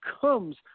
comes